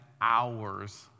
hours